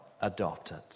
adopted